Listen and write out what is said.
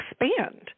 expand